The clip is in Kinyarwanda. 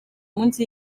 munsi